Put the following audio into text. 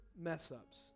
mess-ups